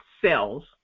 cells